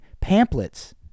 pamphlets